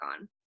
on